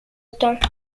temps